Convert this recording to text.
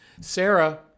Sarah